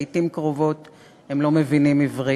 לעתים קרובות הם לא מבינים עברית,